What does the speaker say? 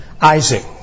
Isaac